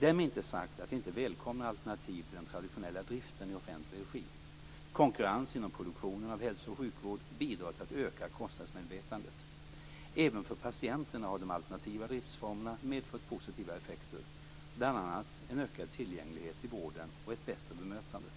Därmed inte sagt att jag inte välkomnar alternativ till den traditionella driften i offentlig regi. Konkurrens inom produktionen av hälso och sjukvård bidrar till att öka kostnadsmedvetandet. Även för patienterna har de alternativa driftsformerna medfört positiva effekter, bl.a. en ökad tillgänglighet till vården och ett bättre bemötande.